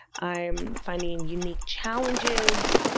i'm finding unique challenges,